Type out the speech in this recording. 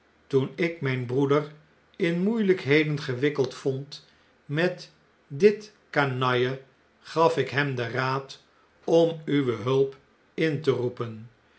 toen ik mp broeder in moeielu'kheden gewikkeld vond met dit canaille gaf ik hem den raad om uwe hulp in te roepen